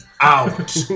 out